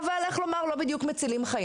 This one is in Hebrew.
אבל לא בדיוק מצילים חיים.